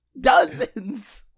Dozens